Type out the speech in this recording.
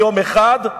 ליום אחד,